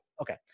Okay